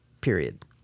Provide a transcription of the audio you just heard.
period